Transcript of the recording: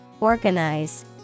organize